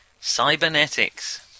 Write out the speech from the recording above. Cybernetics